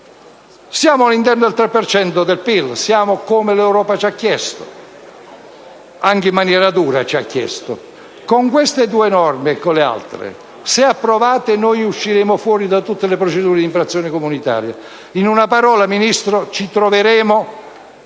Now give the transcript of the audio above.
Siamo all'interno del 3 per cento del PIL: siamo come l'Europa ci ha chiesto, anche in maniera dura. Con queste due norme e con le altre, se approvate, noi usciremo fuori da tutte le procedure di infrazione comunitaria. In una parola, signor Ministro,